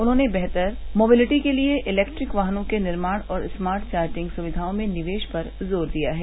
उन्होंने बेहतर मोबिलिटी के लिए इलेक्ट्रिक वाहनों के निर्माण और स्मार्ट चार्जिंग सुविधाओं में निवेश पर जोर दिया है